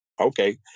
Okay